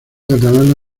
catalana